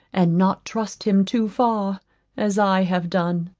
and not trust him too far as i have done.